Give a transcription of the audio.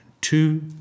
two